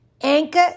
Anchor